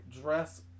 dress